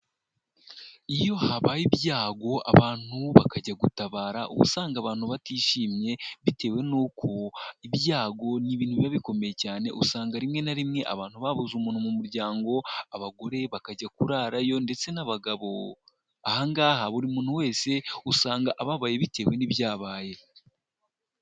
Iyo habaye ibyago abantu bakajya gutabara uba usanga abantu batishimye bitewe n'uko ibyago ni ibintu biba bikomeye cyane usanga rimwe na rimwe abantu babuze umuntu mu muryango, abagore bakajya kurarayo ndetse n'abagabo, aha ngaha buri muntu wese usanga ababaye bitewe n'ibyabaye.